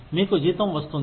మీకు జీతం వస్తుంది